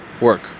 work